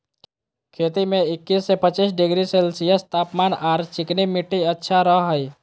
खेती में इक्किश से पच्चीस डिग्री सेल्सियस तापमान आर चिकनी मिट्टी अच्छा रह हई